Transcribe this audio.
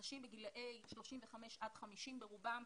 אנשים בגילי 35 עד 50 ברובם,